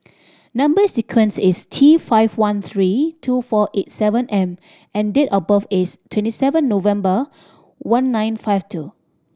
number sequence is T five one three two four eight seven M and date of birth is twenty seven November one nine five two